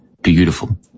beautiful